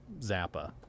Zappa